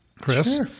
Chris